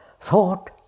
Thought